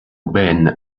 ben